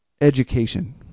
education